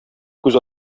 күз